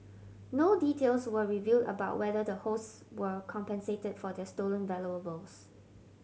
no details were revealed about whether the hosts were compensated for their stolen valuables